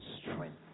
strength